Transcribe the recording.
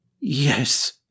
Yes